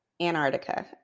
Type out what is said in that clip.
Antarctica